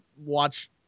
watch